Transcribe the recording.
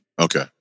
okay